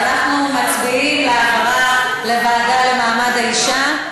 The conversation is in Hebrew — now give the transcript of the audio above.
אז אנחנו מצביעים על העברה לוועדה למעמד האישה,